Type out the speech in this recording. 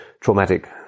Traumatic